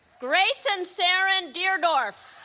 greyson saren deardorff